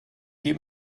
dem